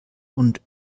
und